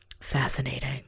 Fascinating